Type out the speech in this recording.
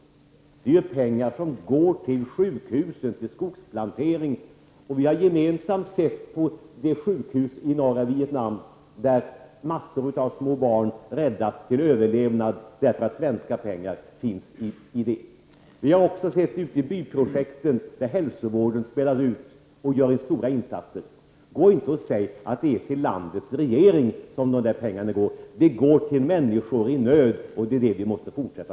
Dessa 300 milj.kr. är pengar som går till sjukhus och skogsplanteringar. Vi har gemensamt sett det sjukhus i norra Vietnam där massor av små barn räddas till överlevnad till följd av att svenska peugar bidrar till verksamheten. Vi har också sett ute i byprojekten hur hälsovården gör stora insatser. Säg inte att det är till landets regering som dessa pengar går! De går till människor i nöd, och så måste det fortsätta.